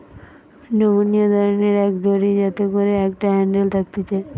নমনীয় ধরণের এক দড়ি যাতে করে একটা হ্যান্ডেল থাকতিছে